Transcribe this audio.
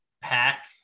pack